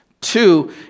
Two